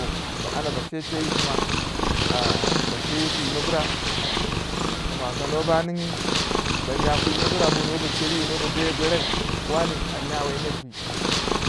ba anda ba cheche yipina ba cheche yi kwi n ba koma koba no nigi ba nye kwai ba yiwa bo noba chery ro gwerai nyeww nere a fan.